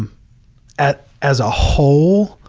at as a whole,